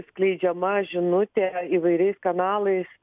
skleidžiama žinutė įvairiais kanalais